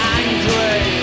angry